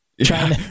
trying